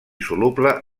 soluble